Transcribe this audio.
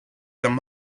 them